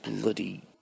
bloody